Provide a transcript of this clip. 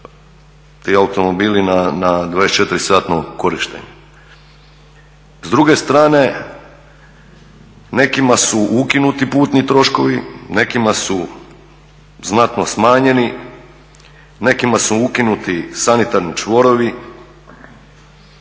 ti automobili na 24 satno korištenje. S druge strane, nekima su ukinuti putni troškovi, nekima su znatno smanjeni, nekima su ukinuti sanitarni čvorovi,